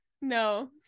no